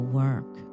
work